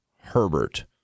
Herbert